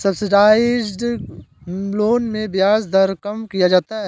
subsidised loan में ब्याज दर कम किया जाता है